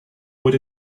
what